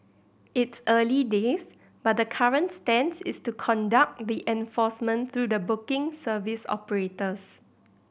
it's early days but the current stance is to conduct the enforcement through the booking service operators